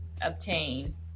obtain